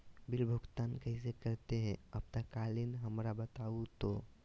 Bill भुगतान कैसे करते हैं आपातकालीन हमरा बताओ तो?